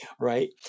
right